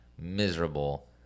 miserable